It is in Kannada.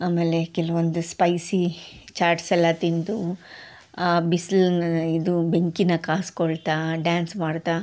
ಆಮೇಲೆ ಕೆಲವೊಂದು ಸ್ಪೈಸಿ ಚಾಟ್ಸ್ ಎಲ್ಲ ತಿಂದು ಬಿಸ್ಲುನ ಇದು ಬೆಂಕಿನ ಕಾಸ್ಕೊಳ್ತಾ ಡ್ಯಾನ್ಸ್ ಮಾಡ್ತಾ